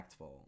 impactful